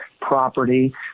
property